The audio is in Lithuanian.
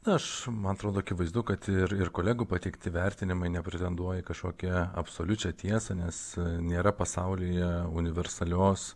aš man atrodo akivaizdu kad ir ir kolegų pateikti vertinimai nepretenduoja į kažkokią absoliučią tiesą nes nėra pasaulyje universalios